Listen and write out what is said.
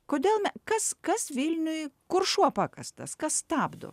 kodėl ne kas kas vilniuj kur šuo pakastas kas stabdo